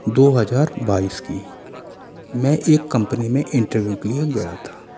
दो हजार बाईस की मैं एक कम्पनी में इंटरव्यू के लिए गया था